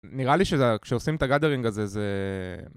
נראה לי שזה, כשעושים את הגאדרינג הזה זה...